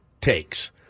takes